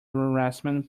harassment